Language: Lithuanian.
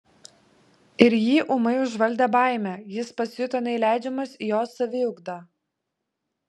ir jį ūmai užvaldė baimė jis pasijuto neįleidžiamas į jos saviugdą